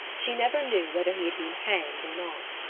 she never knew whether he had been hanged or not.